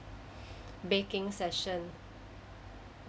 baking session